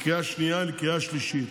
לקריאה השנייה ולקריאה השלישית.